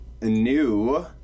new